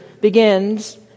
begins